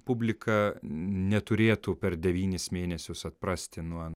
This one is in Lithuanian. publika neturėtų per devynis mėnesius atprasti nuo